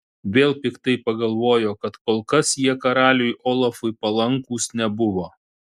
vėl piktai pagalvojo kad kol kas jie karaliui olafui palankūs nebuvo